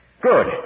Good